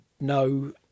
no